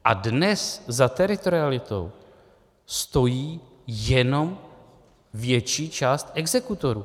A dnes za teritorialitou stojí jenom větší část exekutorů.